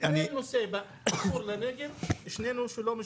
חבר הכנסת שוסטר,